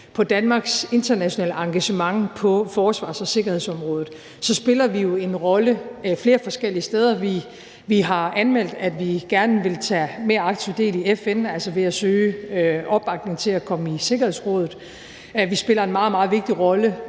på Danmarks internationale engagement på forsvars- og sikkerhedsområdet, spiller vi jo en rolle flere forskellige steder. Vi har anmeldt, at vi gerne vil tage mere aktivt del i FN, altså ved at søge opbakning til at komme i Sikkerhedsrådet, vi spiller en meget, meget vigtig rolle